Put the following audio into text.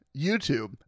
YouTube